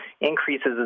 increases